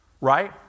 right